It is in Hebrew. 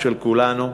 שלנו, של כולנו,